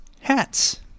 hats